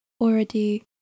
already